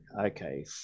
Okay